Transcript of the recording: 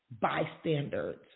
bystanders